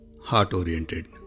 heart-oriented